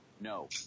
No